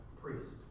priest